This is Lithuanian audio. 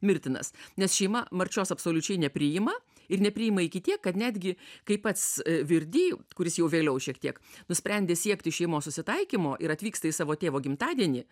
mirtinas nes šeima marčios absoliučiai nepriima ir nepriima iki tiek kad netgi kai pats virdi kuris jau vėliau šiek tiek nusprendė siekti šeimos susitaikymo ir atvyksta į savo tėvo gimtadienį